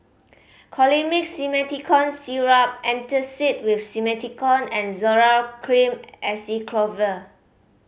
Colimix Simethicone Syrup Antacid with Simethicone and Zoral Cream Acyclovir